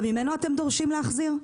גם ממנו אתם דורשים להחזיר?